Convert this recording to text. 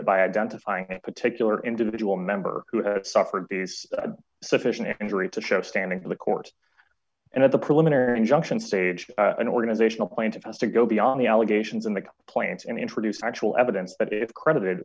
it by identifying a particular individual member who has suffered these sufficient injury to show standing in the court and at the preliminary injunction stage an organizational point of us to go beyond the allegations in the plants and introduce actual evidence that it credited